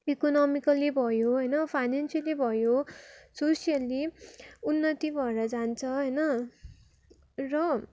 economically भयो होइन financially भयो सोसियल्ली उन्नति भएर जान्छ होइन र